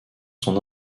son